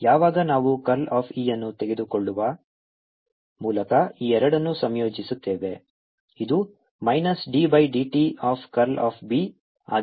ಯಾವಾಗ ನಾವು curl of E ಅನ್ನು ತೆಗೆದುಕೊಳ್ಳುವ ಮೂಲಕ ಈ ಎರಡನ್ನು ಸಂಯೋಜಿಸುತ್ತೇವೆ ಇದು minus d by d t of curl of B ಆಗಿದೆ